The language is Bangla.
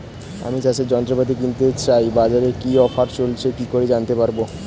আমি চাষের যন্ত্রপাতি কিনতে চাই বাজারে কি কি অফার চলছে কি করে জানতে পারবো?